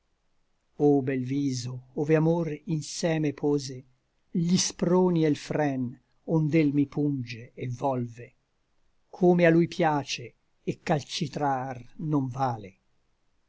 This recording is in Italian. bel viso ove amor inseme pose gli sproni e l fren ond'el mi punge et volve come a lui piace et calcitrar non vale